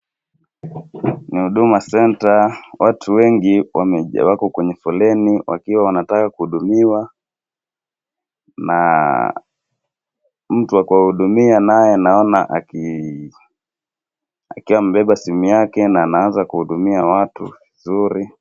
Ni Huduma Center, watu wengi wako kwenye foleni wakiwa wanataka kuhudumiwa na mtu wa kuwahudumia naye naona akiwa amebeba simu yake na ana anza kuhudumia watu vizuri.